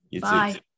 Bye